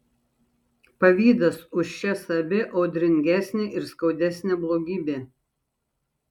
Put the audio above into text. pavydas už šias abi audringesnė ir skaudesnė blogybė